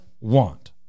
want